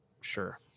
Sure